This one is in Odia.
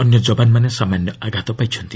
ଅନ୍ୟ ଜବାନମାନେ ସାମାନ୍ୟ ଆଘାତ ପାଇଛନ୍ତି